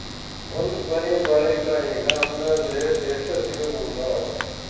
ಒಂದ್ ಗೊನಿ ಬಾಳೆಕಾಯಿಗ ಅಂದಾಜ ರೇಟ್ ಎಷ್ಟು ಸಿಗಬೋದ?